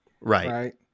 Right